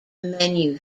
menu